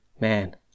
Man